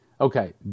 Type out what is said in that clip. Okay